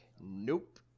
nope